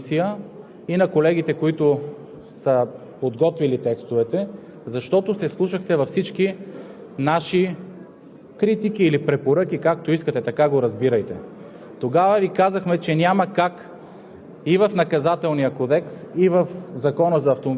Тогава в тази зала, уважаеми колеги, ние Ви казахме къде са проблемите. Сега искам да благодаря и на Транспортната комисия, и на колегите, които са подготвили текстовете, защото се вслушахте във всички наши критики